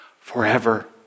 forever